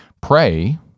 pray